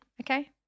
Okay